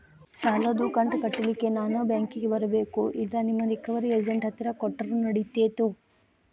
ಸಾಲದು ಕಂತ ಕಟ್ಟಲಿಕ್ಕೆ ನಾನ ಬ್ಯಾಂಕಿಗೆ ಬರಬೇಕೋ, ಇಲ್ಲ ನಿಮ್ಮ ರಿಕವರಿ ಏಜೆಂಟ್ ಹತ್ತಿರ ಕೊಟ್ಟರು ನಡಿತೆತೋ?